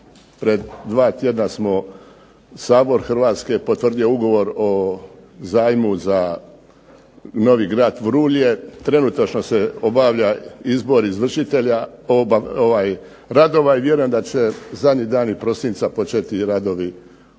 pred dva tjedna smo, Sabor Hrvatske je potvrdio ugovor o zajmu za novi grad Vrulje. Trenutačno se obavlja izbor izvršitelja radova i vjerujem da će zadnji dani prosinca početi radovi u Šibeniku.